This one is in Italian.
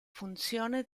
funzione